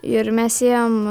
ir mes ėjom